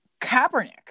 Kaepernick